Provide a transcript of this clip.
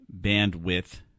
bandwidth